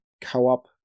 co-op